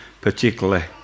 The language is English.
particularly